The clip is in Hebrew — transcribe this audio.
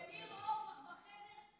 אצל ניר אורבך בחדר,